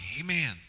amen